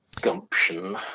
gumption